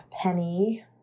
penny